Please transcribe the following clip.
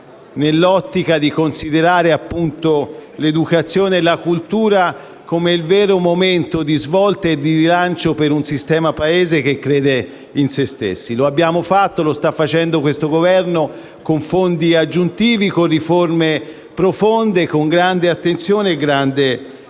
nell'ottica di considerare, appunto, l'educazione e la cultura come il vero momento di svolta e di rilancio per un sistema Paese che crede in se stesso. Lo abbiamo fatto, lo sta facendo questo Governo con fondi aggiuntivi e riforme profonde, con grande attenzione e grande sensibilità.